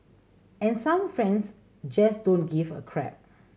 and some friends just don't give a crap